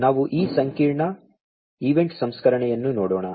ಆದ್ದರಿಂದ ನಾವು ಈ ಸಂಕೀರ್ಣ ಈವೆಂಟ್ ಸಂಸ್ಕರಣೆಯನ್ನು ನೋಡೋಣ